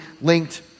linked